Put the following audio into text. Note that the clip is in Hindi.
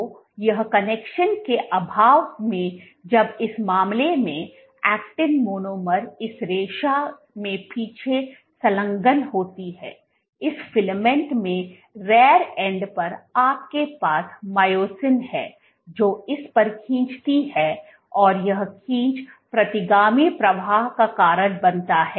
तो यह कनेक्शन के अभाव मे जब इस मामले में actin मोनोमर इस रेशा में पीछे संलग्न होती है इस फिलामेंट में रियर एंड पर आपके पास मायोसिन है जो इस पर खींचती है और यह खींच प्रतिगामी प्रवाह का कारण बनता है